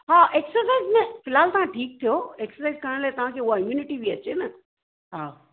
हा एक्सरसाइज़ न फ़िलहाल तव्हां ठीकु थियो एक्सरसाइज़ करण जे लाइ तव्हांखे उहा इम्यूनिटी बि अचे न हा